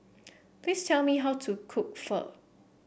please tell me how to cook Pho